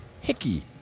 Hickey